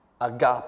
agape